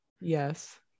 Yes